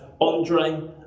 Andre